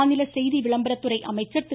மாநில செய்தி விளம்பரத்துறை அமைச்சர் திரு